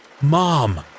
Mom